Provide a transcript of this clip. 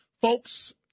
folks